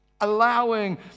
allowing